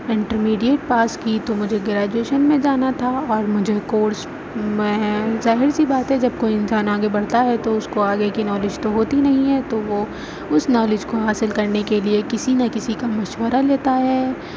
intermediate pass کی تو مجھے گریجویشن میں جانا تھا اور مجھے کورس میں ظاہر سی بات ہے جب کوئی انسان آگے بڑھتا ہے تو اس کو آگے کی نالج تو ہوتی نہیں ہے تو وہ اس نالج کو حاصل کرنے کے لیے کسی نہ کسی کا مشورہ لیتا ہے